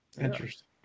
Interesting